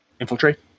infiltrate